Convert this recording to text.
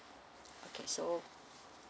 okay so